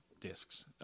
discs